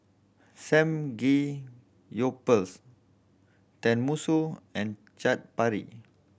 Samgeyopsal Tenmusu and Chaat Papri